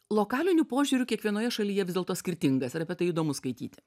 lokaliniu požiūriu kiekvienoje šalyje vis dėlto skirtingas ir apie tai įdomu skaityti